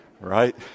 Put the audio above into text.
right